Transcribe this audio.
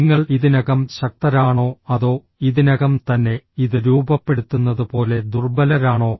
നിങ്ങൾ ഇതിനകം ശക്തരാണോ അതോ ഇതിനകം തന്നെ ഇത് രൂപപ്പെടുത്തുന്നത് പോലെ ദുർബലരാണോ